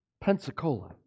Pensacola